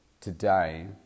today